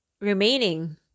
remaining